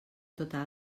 tota